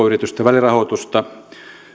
yritysten välirahoitusta